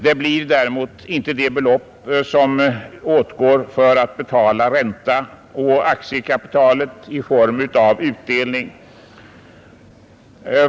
Det är däremot inte det belopp som åtgår för att betala ränta på aktiekapitalet i form av utdelning.